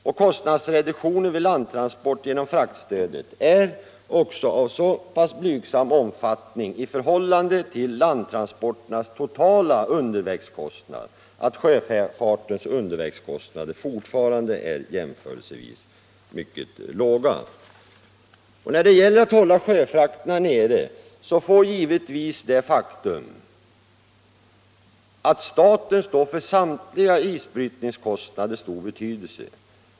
Och kostnadsreduktionen vid landtransport genom fraktstödet är också av så pass blygsam omfattning i förhållande till landtransporternas totala undervägskostnader att sjöfartens undervägskostnader fortfarande är jämförelsevis mycket låga. När det gäller att hålla sjöfrakterna nere får givetvis det faktum att staten står för samtliga isbrytningskostnader stor betydelse.